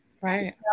Right